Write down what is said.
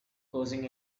causing